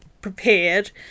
prepared